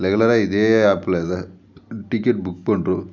ரெகுலராக இதே ஆப்பில் தான் டிக்கெட் புக் பண்ணுறோம்